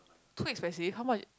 too expensive how much